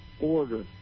order